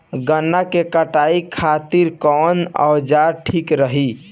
गन्ना के कटाई खातिर कवन औजार ठीक रही?